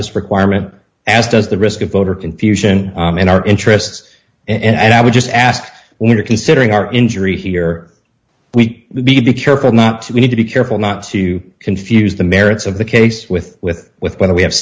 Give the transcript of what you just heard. this requirement as does the risk of voter confusion in our interests and i would just ask we are considering our injury here we would be careful not to we need to be careful not to confuse the merits of the case with with with whether we have